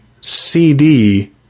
cd